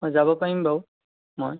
যাব পাৰিম বাৰু মই